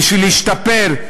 בשביל להשתפר,